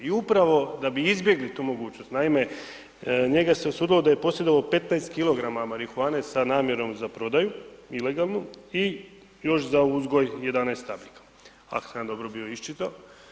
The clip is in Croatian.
I upravo da bi izbjegli tu mogućnost, naime, njega se osudilo da je posjedovao 15 kilograma marihuane sa namjerom za prodaju ilegalnu, i još za uzgoj 11 stabljika, ako sam ja dobro bio isčit'o.